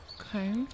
Okay